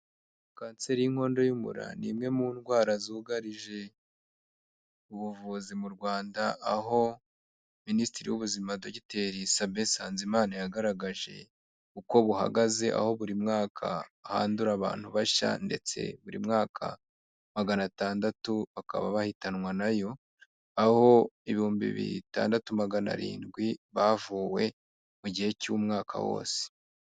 Kanseri y'inkondo y'umura ni imwe mu ndwara zugarije, ubuvuzi mu Rwanda aho minisitiri w'ubuzima dogiteri Sabin Nsanzimana yagaragaje uko buhagaze, aho buri mwaka handura abantu bashya ndetse buri mwaka magana atandatu bakaba bahitanwa nayo, aho ibihumbi bitandatu magana arindwi bavuwe mu gihe cy'umwaka wose.